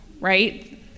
right